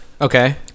Okay